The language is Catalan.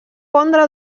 pondre